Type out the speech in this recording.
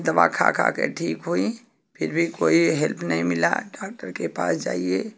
दवा खा खा कर ठीक होई फिर भी कोई हेल्प नहीं मिला डाक्टर के पास जाइए